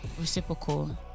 reciprocal